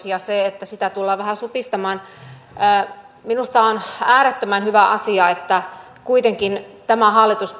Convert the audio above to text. ja sen että sitä tullaan vähän supistamaan minusta on äärettömän hyvä asia että tämä hallitus